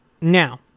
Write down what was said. Now